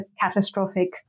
catastrophic